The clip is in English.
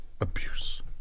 abuse